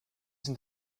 sind